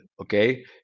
Okay